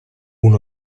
uno